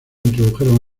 introdujeron